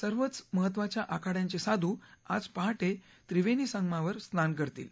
सर्वच महत्त्वाच्या आखाड्यांचे साधू आज पहाटे त्रिवेणी संगमावर स्नान करतील